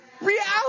reality